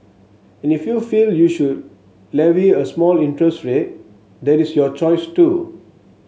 and if you feel you should levy a small interest rate that is your choice too